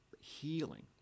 healing